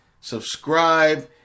subscribe